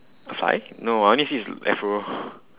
a fly no I only see his afro